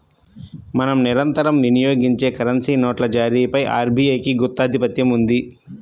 మనం నిరంతరం వినియోగించే కరెన్సీ నోట్ల జారీపై ఆర్బీఐకి గుత్తాధిపత్యం ఉంది